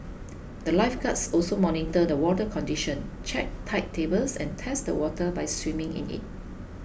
the lifeguards also monitor the water condition check tide tables and test the water by swimming in it